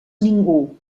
ningú